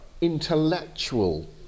intellectual